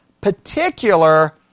particular